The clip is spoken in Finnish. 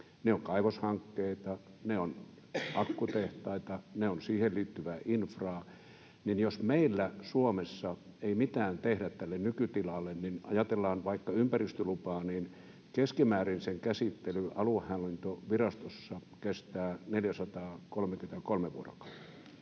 ne ovat kaivoshankkeita, ne ovat akkutehtaita, ne ovat siihen liittyvää infraa — niin jos meillä Suomessa ei mitään tehdä tälle nykytilalle ja ajatellaan vaikka ympäristölupaa, niin keskimäärin sen käsittely aluehallintovirastossa kestää 433 vuorokautta.